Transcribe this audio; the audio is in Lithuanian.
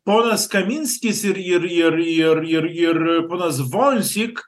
ponas kaminskis ir ir ir ir ir ir ponas vonzik